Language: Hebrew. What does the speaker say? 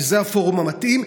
כי זה הפורום המתאים.